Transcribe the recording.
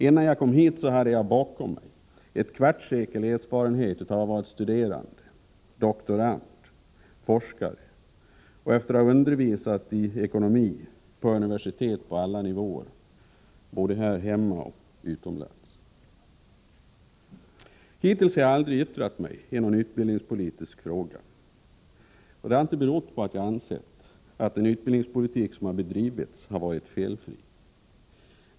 Innan jag kom hit hade jag bakom mig ett kvartssekels erfarenhet av att ha varit studerande, doktorand och forskare och av att ha undervisat i ekonomi vid universitet på alla nivåer — både här hemma och utomlands. Hittills har jag aldrig yttrat mig i någon debatt om en utbildningspolitisk fråga. Det har inte berott på att jag ansett att den utbildningspolitik som bedrivits har varit felfri.